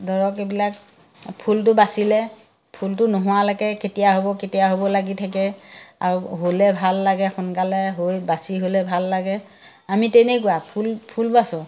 ধৰক এইবিলাক ফুলটো বাচিলে ফুলটো নোহোৱালৈকে কেতিয়া হ'ব কেতিয়া হ'ব লাগি থাকে আৰু হ'লে ভাল লাগে সোনকালে হৈ বাচি হ'লে ভাল লাগে আমি তেনেকুৱা ফুল ফুল বাচোঁ